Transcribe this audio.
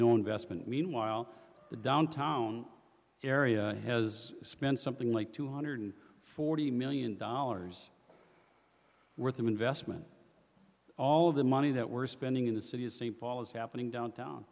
no investment meanwhile the downtown area has spent something like two hundred forty million dollars worth of investment all of the money that we're spending in the city of st paul is happening downtown